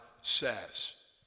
says